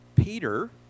Peter